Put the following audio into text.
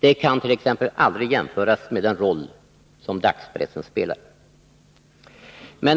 Den roll som ett sådant medium spelar kan aldrig jämföras med den roll som dagspressen spelar.